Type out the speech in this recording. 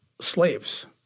slaves